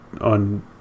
on